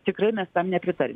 tikrai mes tam nepritarsim